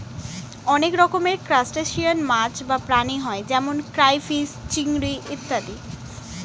অনেক রকমের ক্রাস্টেশিয়ান মাছ বা প্রাণী হয় যেমন ক্রাইফিস, চিংড়ি ইত্যাদি